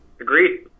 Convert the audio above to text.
Agreed